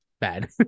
bad